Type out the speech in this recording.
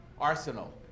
arsenal